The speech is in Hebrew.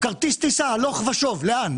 כרטיס טיסה הלוך ושוב, לאן?